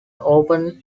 open